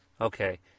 okay